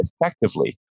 effectively